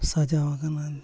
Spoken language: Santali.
ᱥᱟᱡᱟᱣ ᱠᱟᱱᱟ